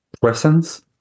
presence